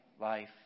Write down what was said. life